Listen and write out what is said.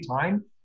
time